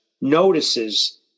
notices